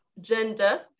Gender